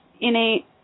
innate